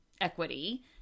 equity